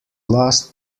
last